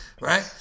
right